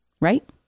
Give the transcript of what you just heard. right